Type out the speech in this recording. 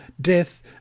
death